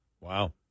Wow